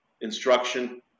instruction